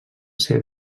ser